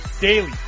daily